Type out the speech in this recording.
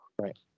Right